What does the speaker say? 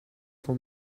for